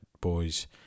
boys